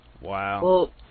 wow